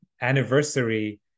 anniversary